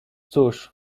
cóż